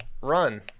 run